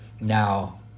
Now